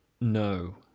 No